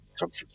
Comfort